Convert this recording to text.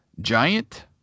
Giant